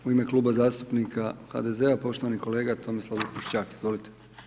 U ime kluba zastupnika HDZ-a, poštovani kolega Tomislav Lipoščak, izvolite.